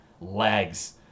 Legs